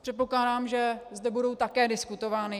Předpokládám, že zde budou také diskutovány.